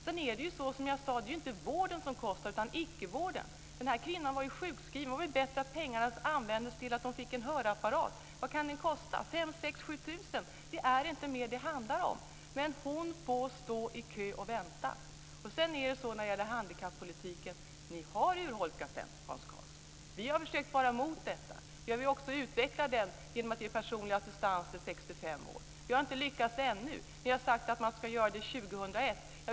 Det är, som jag sagt, inte vården som kostar utan icke-vården. Den kvinna som jag nämnt var sjukskriven, men det hade varit bättre att pengarna hade använts till en hörapparat. En sådan kostar kanske 5 000-7 000 kr. Det handlar inte om mer, men hon får stå i kö och vänta. Vad sedan gäller handikappolitiken är det så att ni har urholkat den, Hans Karlsson. Vi har försökt att motverka detta. Vi vill också utveckla den genom att det ges möjlighet till personlig assistans vid 65 års ålder. Vi har ännu inte lyckats med det. Ni har sagt att man ska göra det 2001.